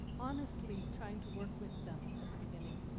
honestly trying to work with them at the beginning.